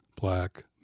black